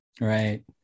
Right